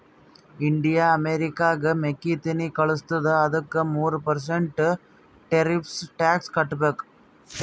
India ಅಮೆರಿಕಾಗ್ ಮೆಕ್ಕಿತೆನ್ನಿ ಕಳುಸತ್ತುದ ಅದ್ದುಕ ಮೂರ ಪರ್ಸೆಂಟ್ ಟೆರಿಫ್ಸ್ ಟ್ಯಾಕ್ಸ್ ಕಟ್ಟಬೇಕ್